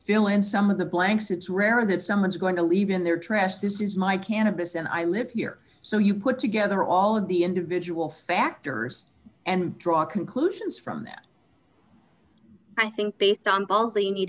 fill in some of the blanks it's rare that someone's going to leave in their trash this is my cannabis and i live here so you put together all of the individual factors and draw conclusions from that i think based on polls they need